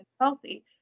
healthy